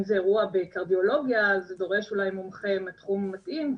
אם זה אירוע בקרדיולוגיה אז זה דורש אולי מומחה מתחום מתאים,